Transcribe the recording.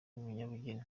umunyabugeni